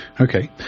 okay